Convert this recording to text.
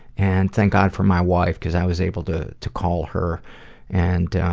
and thank god for my wife because i was able to to call her and